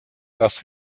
dass